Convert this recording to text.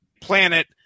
planet